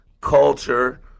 culture